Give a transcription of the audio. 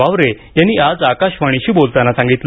वावरे यांनी आज आकाशवाणीशी बोलताना सांगितले